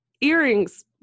earrings